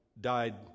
died